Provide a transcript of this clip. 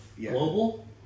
global